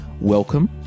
welcome